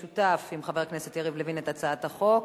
במשותף עם חבר הכנסת יריב לוין את הצעת החוק.